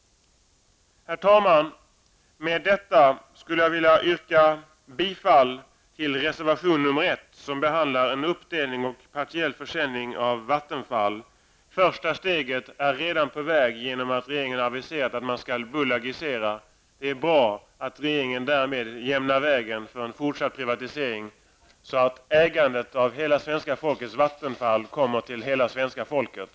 Herr talman! Med detta vill jag yrka bifall till reservation nr 1, som behandlar en uppdelning och partiell försäljning av Vattenfall. Första steget är redan taget genom att regeringen har aviserat att man skall bolagisera. Det är bra att regeringen därmed jämnar vägen för en fortsatt privatisering, så att ägandet av hela svenska folkets Vattenfall tillkommer hela svenska folket.